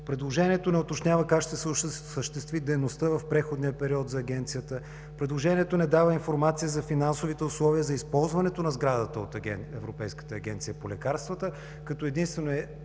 предложението не уточнява как ще се осъществи дейността в преходния период за Агенцията; предложението не дава информация за финансовите условия за използването на сградата от Европейската агенция по лекарствата“, като единствено е